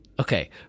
Okay